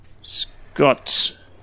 Scott